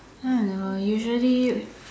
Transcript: I don't know usually